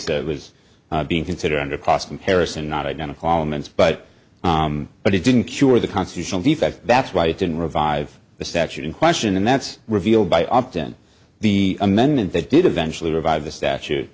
was being considered under cross comparison not identical elements but but it didn't cure the constitutional defect that's why it didn't revive the statute in question and that's revealed by often the amendment that did eventually revive the statute